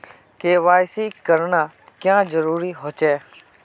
KYC करना क्याँ जरुरी होचे?